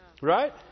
right